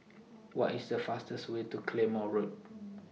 What IS The fastest Way to Claymore Road